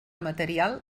material